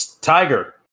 Tiger